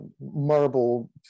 marble